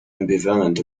ambivalent